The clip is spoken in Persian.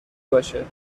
باشه